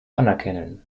anerkennen